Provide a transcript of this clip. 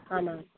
ஆமாங்க